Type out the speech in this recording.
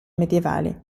medievali